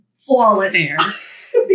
flawless